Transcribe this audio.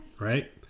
Right